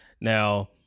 Now